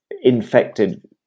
infected